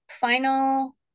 final